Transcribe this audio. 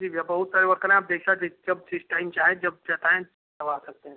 जी भैया बहुत सारे वर्कर हैं आप जैसा जब जिस टाइम चाहें जब चाहें तब आ सकते हैं